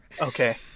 Okay